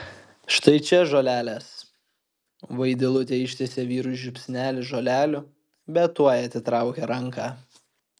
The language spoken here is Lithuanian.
štai čia žolelės vaidilutė ištiesė vyrui žiupsnelį žolelių bet tuoj atitraukė ranką